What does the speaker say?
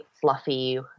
fluffy